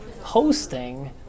hosting